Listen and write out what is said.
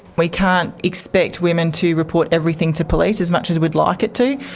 we can't expect women to report everything to police, as much as we'd like it to,